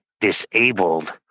disabled